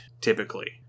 typically